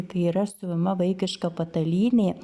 kai yra siuvama vaikiška patalynė